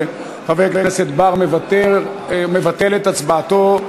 חבר הכנסת בר מבטל את הצבעתו,